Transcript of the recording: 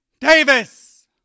Davis